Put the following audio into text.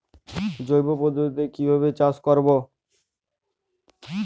জৈব পদ্ধতিতে কিভাবে চাষ করব?